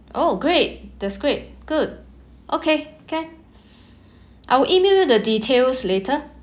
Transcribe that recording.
oh great that's great good okay can I will email you the details later